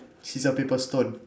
scissors paper stone